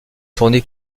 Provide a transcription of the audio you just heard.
tournée